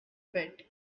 pit